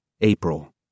April